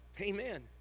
amen